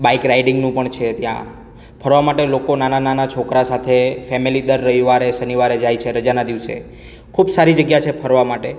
bike રાઇડિંગનું પણ છે ત્યાં ફરવા માટે લોકો નાના નાના છોકરા સાથે ફેમિલી દર રવિવારે શનિવારે જાય છે રજાના દિવસે ખૂબ સારી જગ્યા છે ફરવા માટે